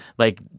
like,